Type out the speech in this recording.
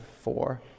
four